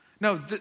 No